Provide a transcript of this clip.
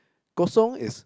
kosong is